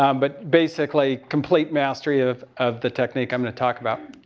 um but basically complete mastery, of, of the technique i'm going to talk about.